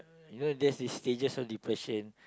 you know there's this stages of depression